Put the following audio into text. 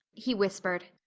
he whispered.